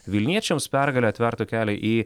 vilniečiams pergalė atvertų kelią į